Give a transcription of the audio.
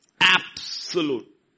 Absolute